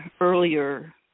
earlier